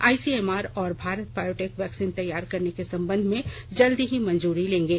ICMR और Bharat Biotech vaccine तैयार करने के संबंध में जल्द ही मंजूरी लेंगे